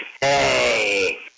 Hey